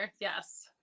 yes